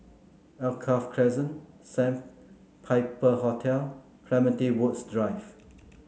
Alkaff Crescent Sandpiper Hotel Clementi Woods Drive